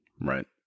Right